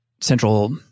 central